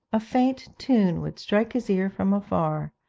a faint tune would strike his ear from afar,